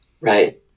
Right